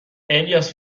الیاس